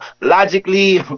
logically